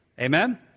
Amen